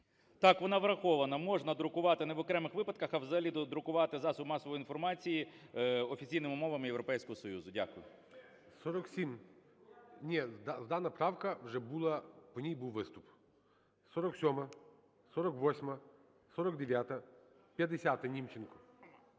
Так, вона врахована. Можна друкувати не в окремих випадках, а взагалі друкувати засоби масової інформації офіційними мовами Європейського Союзу. Дякую. ГОЛОВУЮЧИЙ. 47... Ні, дана правка вже була, по ній був виступ. 47-а, 48-а, 49-а. 50-а, Німченко.